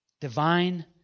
Divine